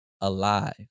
alive